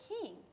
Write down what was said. king